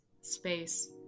Space